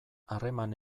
harreman